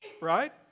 Right